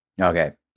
Okay